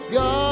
God